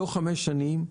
תוך חמש שנים,